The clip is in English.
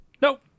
Nope